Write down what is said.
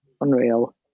unreal